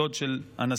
דוד של הנשיא,